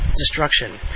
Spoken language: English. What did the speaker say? destruction